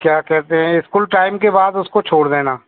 क्या कहते हैं स्कूल टाइम के बाद उसको छोड़ देना